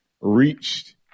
reached